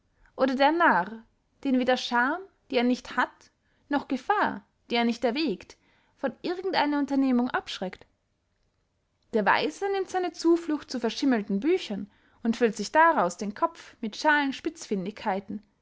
oder der narr den weder scham die er nicht hat noch gefahr die er nicht erwägt von irgend einer unternehmung abschreckt der weise nimmt seine zuflucht zu verschimmelten büchern und füllt sich daraus den kopf mit schalen